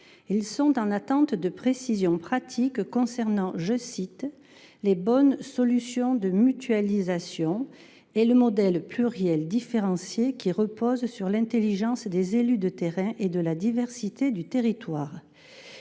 ils sont en attente de précisions pratiques concernant les « bonnes solutions de mutualisation » et le « modèle pluriel, différencié, qui repose sur l’intelligence des élus de terrain et la diversité du territoire